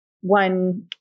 One